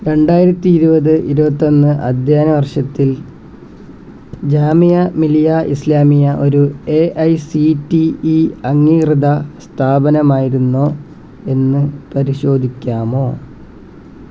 രണ്ടായിരത്തി ഇരുപത് ഇരുപത്തി ഒന്ന് അധ്യയന വർഷത്തിൽ ജാമിയ മിലിയ ഇസ്ലാമിയ ഒരു A I C T E അംഗീകൃത സ്ഥാപനമായിരുന്നോ എന്ന് പരിശോധിക്കാമോ